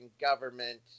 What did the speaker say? government